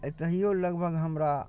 एतैहिओ लगभग हमरा